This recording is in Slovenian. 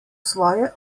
svoje